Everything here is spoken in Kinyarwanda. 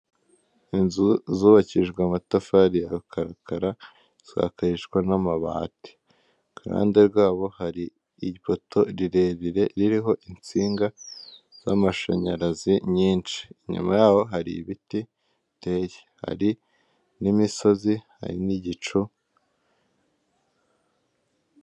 Inzu zubakijwe amatafari ya rukarakara zisakarishwa n'amabati. Ku ruhande rwabo hari ipoto rirerire ririho insinga z'amashanyarazi nyinshi inyuma yaho hari ibiti biteye hari n'imisozi hari n'igicu...